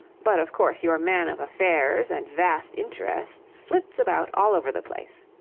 but, of course, your man of affairs and vast interests flits about all over the place.